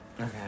Okay